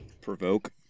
Provoke